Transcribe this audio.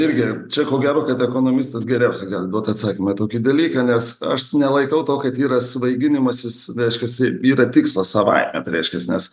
irgi čia ko gero kad ekonomistas geriausią gali duot atsakymą tokį dalyką nes aš nelaikau to kad yra svaiginimasis reiškiasi yra tikslas savaime tai reiškias nes